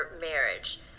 marriage